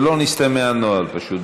שלא נסטה מהנוהל, פשוט.